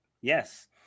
Yes